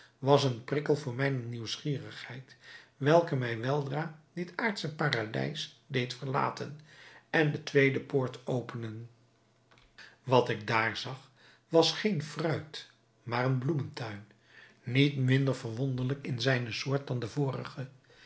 was een prikkel voor mijne nieuwsgierigheid welke mij weldra dit aardsche paradijs deed verlaten en de tweede poort openen wat ik daar zag was geen fruit maar een bloemtuin niet minder verwonderlijk in zijne soort dan de vorige